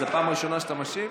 זה פעם ראשונה שאתה משיב?